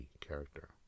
character